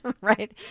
right